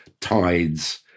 tides